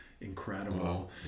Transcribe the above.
incredible